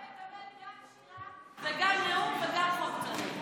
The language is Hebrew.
אתה מקבל גם שירה, גם נאום וגם חוק צודק.